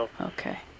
Okay